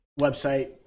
website